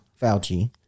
Fauci